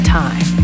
time